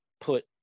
put